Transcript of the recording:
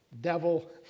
devil